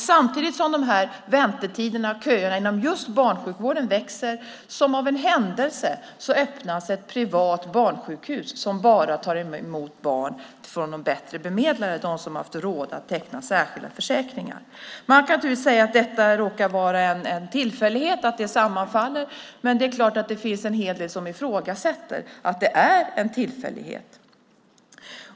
Samtidigt som de här väntetiderna och köerna inom just barnsjukvården växer öppnas, som av en händelse, ett privat barnsjukhus som bara tar emot barn från de bättre bemedlade, från dem som har haft råd att teckna särskilda försäkringar. Man kan naturligtvis säga att det råkar vara en tillfällighet att det sammanfaller, men det är klart att det finns en hel del som ifrågasätter att det är en tillfällighet.